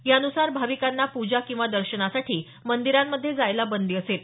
यानुसार भाविकांना पूजा किंवा दर्शनासाठी मंदिरांमधे जायला बंदी असेल